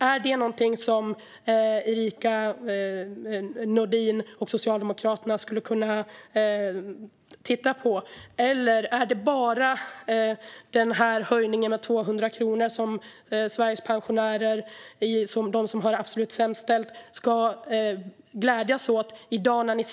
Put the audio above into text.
Är detta något som Erica Nådin och Socialdemokraterna skulle kunna titta på, eller är det bara höjningen med 200 kronor som de av Sveriges pensionärer som har det absolut sämst ställt ska glädjas åt i dag?